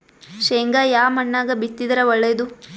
ಶೇಂಗಾ ಯಾ ಮಣ್ಣಾಗ ಬಿತ್ತಿದರ ಒಳ್ಳೇದು?